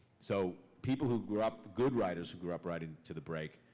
so people who grew up. good writers who grew up writing to the break,